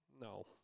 No